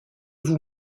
vous